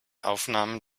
aufnahmen